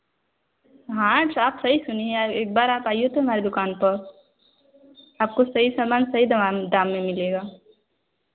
हाँ आप सही सुनी हैं एक बार आप आए तो हमारे दुकान पर आपको सही सामान सही दाम दाम में मिलेगा